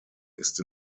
ist